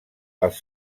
els